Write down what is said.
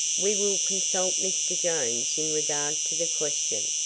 we will consult mr. jones in regard to the question.